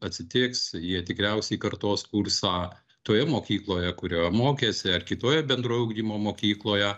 atsitiks jie tikriausiai kartos kursą toje mokykloje kurioje mokėsi ar kitoje bendrojo ugdymo mokykloje